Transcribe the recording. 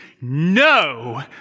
no